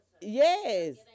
Yes